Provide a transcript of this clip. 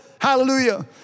Hallelujah